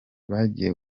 bagiye